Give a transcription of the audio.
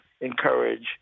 encourage